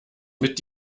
mit